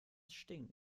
stinkt